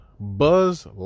Buzz